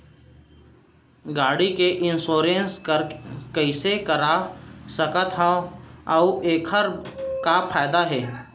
गाड़ी के इन्श्योरेन्स कइसे करा सकत हवं अऊ एखर का फायदा हे?